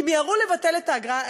כי מיהרו לבטל את האגרה.